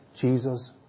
Jesus